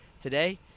Today